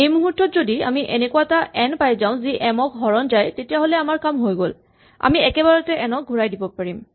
এই মূহুৰ্তত যদি আমি এনেকুৱা এটা এন পাই যাও যি এম ক হৰণ যায় তেতিয়াহ'লে আমাৰ কাম হৈ গ'ল আমি একেবাৰতে এন ক ঘূৰাই দিব পাৰিম